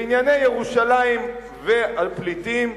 בענייני ירושלים ועל פליטים,